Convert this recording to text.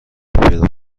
پیدا